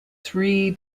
three